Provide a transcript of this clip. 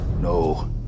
No